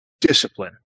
discipline